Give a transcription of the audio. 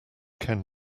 ken